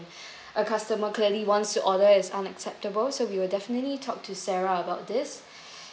a customer clearly wants to order is unacceptable so we will definitely talk to sarah about this